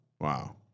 Wow